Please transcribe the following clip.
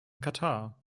katar